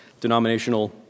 denominational